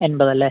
എൺപത് അല്ലേ